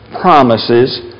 promises